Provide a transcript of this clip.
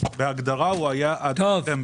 בהגדרה היה עד ספטמבר.